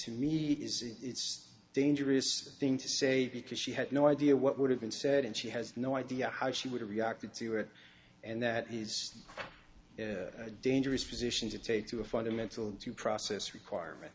to me is it's a dangerous thing to say because she had no idea what would have been said and she has no idea how she would have reacted to it and that he's a dangerous position to take to a fundamental due process requirement